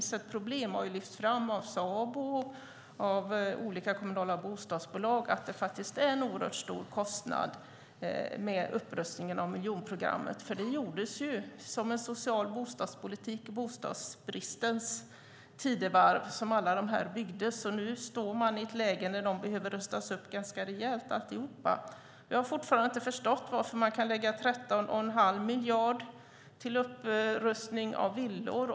Sabo och olika kommunala bostadsbolag har lyft fram att det är ett problem att kostnaden för upprustningen av miljonprogrammet är oerhört stor. Allt byggdes ju i bostadsbristens tidevarv med en social bostadspolitik. Nu står man i ett läge där de behöver rustas upp ganska rejält. Jag har fortfarande inte förstått varför man kan lägga 13 1⁄2 miljard på upprustning av villor.